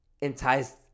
enticed